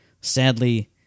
Sadly